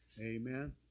Amen